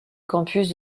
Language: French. campus